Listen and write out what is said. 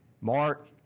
Mark